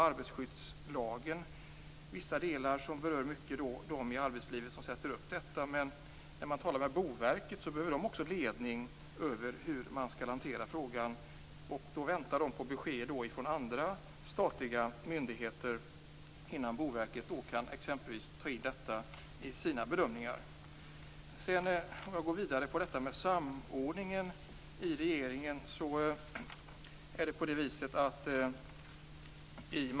Arbetsskyddslagen berör i vissa delar dem som sätter upp antennerna, men också Boverket behöver ledning om hur de skall hantera frågan. De väntar på besked från andra statliga myndigheter innan de tar in detta i sina bedömningar. Jag vill gå vidare med frågan om samordningen i regeringen.